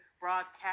broadcast